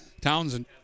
Townsend